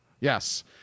Yes